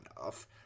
enough